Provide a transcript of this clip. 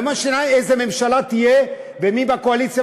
לא משנה איזו ממשלה תהיה ומי בקואליציה,